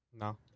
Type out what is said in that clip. No